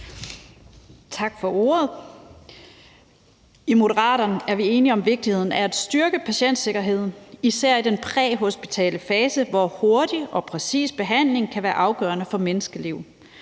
Tak for ordet. I Moderaterne er vi enige om vigtigheden af at styrke patientsikkerheden, især i den præhospitale fase, hvor hurtig og præcis behandling kan være afgørende for menneskeliv.